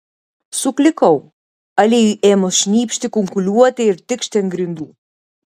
suklikau aliejui ėmus šnypšti kunkuliuoti ir tikšti ant grindų